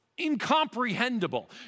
incomprehensible